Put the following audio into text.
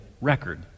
record